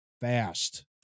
fast